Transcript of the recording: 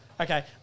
okay